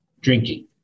drinking